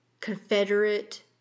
Confederate